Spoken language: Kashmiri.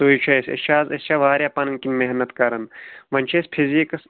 سُے چھُ اَسہِ أسۍ چھِ آز أسۍ چھا واریاہ پنٕنۍ کِنۍ محنت کَران وۄنۍ چھِ اَسہِ فِزیٖکٕس